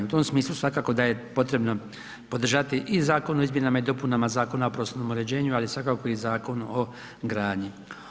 U tom smislu svakako da je potrebno podržati i Zakon o izmjenama i dopunama Zakona o prostornom uređenju, ali svakako i Zakon o gradnji.